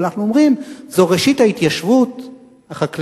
אבל אנחנו אומרים: זו ראשית ההתיישבות החקלאית,